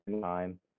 time